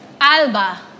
Alba